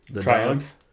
Triumph